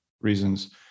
reasons